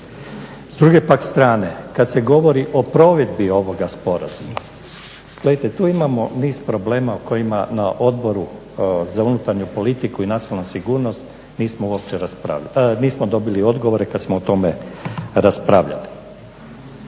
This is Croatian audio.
S druge pak strane kada se govori o provedbi ovog sporazuma, gledajte tu imamo niz problema o kojima na Odboru za unutarnju politiku i nacionalnu sigurnost nismo dobili odgovore kada smo o tome raspravljali.